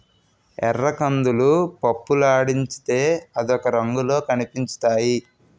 ఎర్రకందులు పప్పులాడించితే అదొక రంగులో కనిపించుతాయి